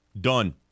Done